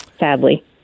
Sadly